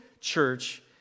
church